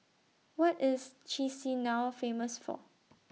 What IS Chisinau Famous For